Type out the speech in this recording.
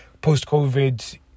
Post-COVID